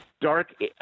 dark